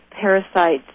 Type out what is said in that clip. parasites